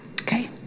okay